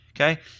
Okay